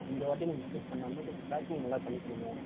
இந்த வாட்டி இந்த மிஸ்டேக் பண்ணாமல் கொஞ்சம் பேக்கிங் நல்லா பண்ணி கொடுங்க